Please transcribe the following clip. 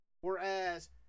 Whereas